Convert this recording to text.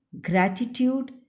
gratitude